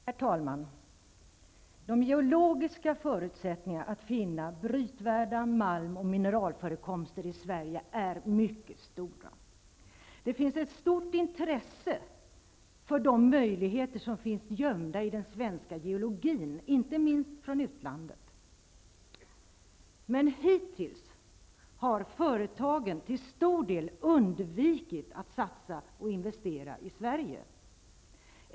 Herr talman! De geologiska förutsättningarna för att finna brytvärda malm och mineralförekomster i Sverige är mycket stora. Det finns ett stort intresse för de möjligheter som ligger gömda i den svenska geologin, inte minst från utlandet. Men hittills har företagen till stor del undvikit att satsa och investera i Sverige.